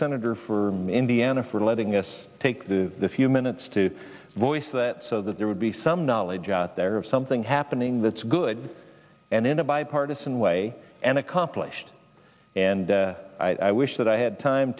senator for indiana for letting us take the few minutes to voice that so that there would be some knowledge out there of something happening that's good and in a bipartisan way and accomplished and i wish that i had time